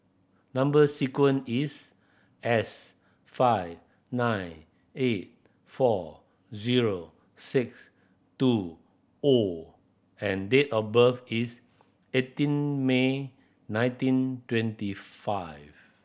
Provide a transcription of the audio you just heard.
number sequence is S five nine eight four zero six two O and date of birth is eighteen May nineteen twenty five